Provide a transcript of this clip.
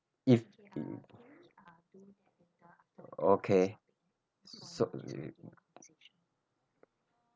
if okay so